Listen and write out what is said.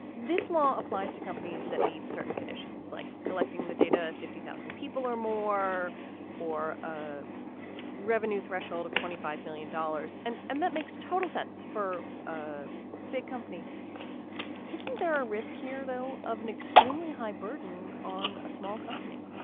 this law applies to companies that meet certain conditions like collecting the data. fifty thousand people or more or a revenue threshold of twenty five million dollars. and and that makes total sense for a big company isn't there a risk here, though, of an extremely high burden on a small company?